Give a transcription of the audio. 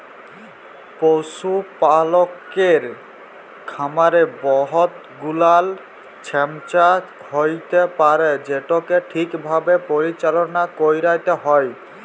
পশুপালকের খামারে বহুত গুলাল ছমচ্যা হ্যইতে পারে যেটকে ঠিকভাবে পরিচাললা ক্যইরতে হ্যয়